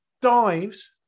dives